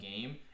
game